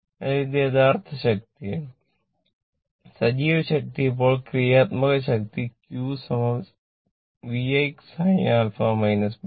അതിനാൽ ഇത് യഥാർത്ഥ ശക്തിയാണ് സജീവ ശക്തി ഇപ്പോൾ ക്രിയാത്മക ശക്തി Q VI sin α β